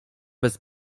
bez